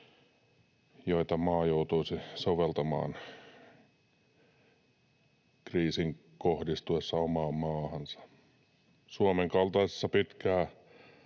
joita maa joutuisi soveltamaan kriisin kohdistuessa omaan maahansa. Suomen kaltaisessa pitkää